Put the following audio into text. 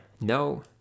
no